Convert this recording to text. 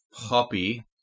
Poppy